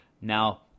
Now